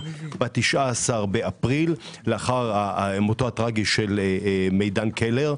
ב-19.4 לאחר מותו הטראגי של מיידן קלר.